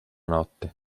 notte